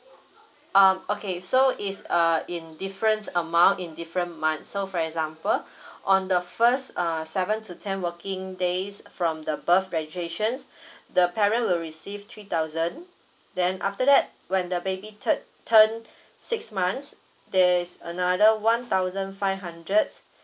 um okay so is err in different amount in different months so for example on the first err seven to ten working days from the birthday registration the parent will receive three thousand then after that when the baby tur~ turn six months there is another one thousand five hundred